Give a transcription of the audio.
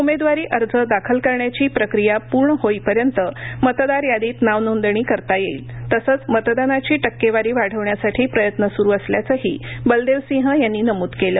उमेदवारीअर्ज दाखल करण्याची प्रक्रिया पूर्ण होईपर्यंत मतदारयादीत नावनोंदणी करता येईलतसंच मतदानाची टक्केवारी वाढवण्यासाठी प्रयत्न सुरू असल्याचंही बलदेव सिंह यांनीनमूद केलं